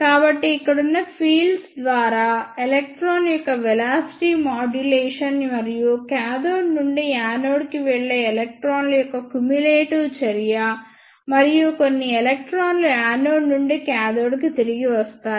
కాబట్టి ఇక్కడ ఉన్న ఫీల్డ్స్ ద్వారా ఎలక్ట్రాన్ యొక్క వెలాసిటీ మాడ్యులేషన్ మరియు కాథోడ్ నుండి యానోడ్కు వెళ్లే ఎలక్ట్రాన్ల యొక్క క్యుములేటివ్ చర్య మరియు కొన్ని ఎలక్ట్రాన్లు యానోడ్ నుండి కాథోడ్కు తిరిగి వస్తాయి